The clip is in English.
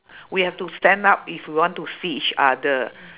we have to stand up if we want to see each other